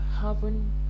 happen